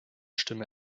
stimme